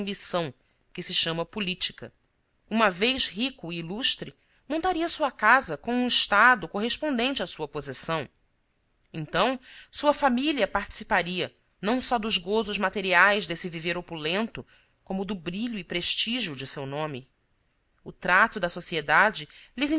ambição que se chama política uma vez rico e ilustre montaria sua casa com um estado correspondente à sua posição então sua família participaria não só dos gozos materiais desse viver opulento como do brilho e prestígio de seu nome o trato da sociedade